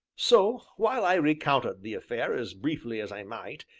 so, while i recounted the affair as briefly as i might,